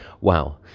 wow